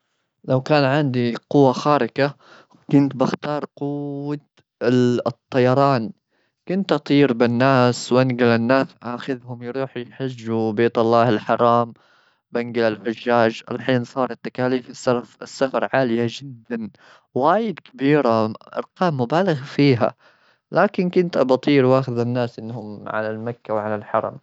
لو كان عندي قوة خارقة، كنت بختار قوة ال-الطيران. كنت أطير بالناس وأنقل الناس، أخذهم يروحوا يحجوا بيت الله الحرام. بنقل الحجاج، الحين صارت تكاليف السرف-السفر عالية جدا، وايد كبيرة! أرقام مبالغ فيها. لكن كنت أبا أطير وأخذ الناس إنهم على المكة وعلى الحرم.